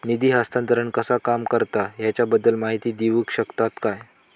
निधी हस्तांतरण कसा काम करता ह्याच्या बद्दल माहिती दिउक शकतात काय?